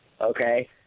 okay